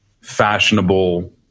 fashionable